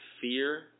fear